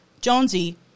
Jonesy